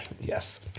Yes